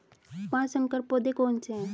पाँच संकर पौधे कौन से हैं?